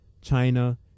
China